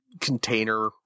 container